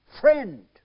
friend